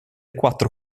quattro